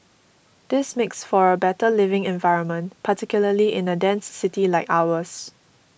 this makes for a better living environment particularly in a dense city like ours